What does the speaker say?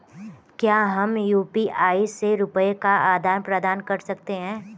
क्या हम यू.पी.आई से रुपये का आदान प्रदान कर सकते हैं?